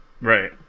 right